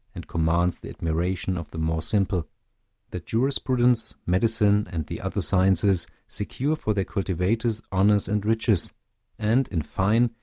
and commands the admiration of the more simple that jurisprudence, medicine, and the other sciences, secure for their cultivators honors and riches and, in fine,